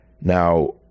Now